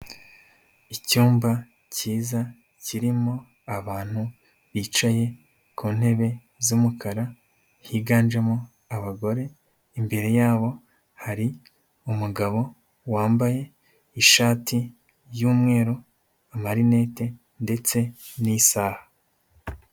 Icyumba cyiza kirimo abantu bicaye ku ntebe z'umukara, higanjemo abagore, imbere yabo hari umugabo wambaye ishati y'umweru, amarinete ndetse n'isaha.